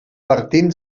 partint